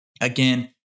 again